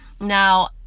Now